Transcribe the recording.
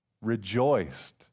rejoiced